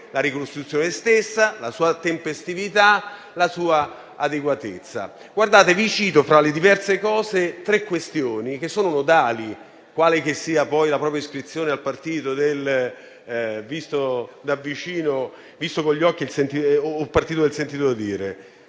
la ricostruzione stessa, la sua tempestività, la sua adeguatezza. Cito, fra le diverse cose, tre questioni che sono nodali, quale che sia poi il proprio partito (quello del